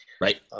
Right